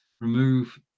remove